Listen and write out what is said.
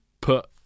put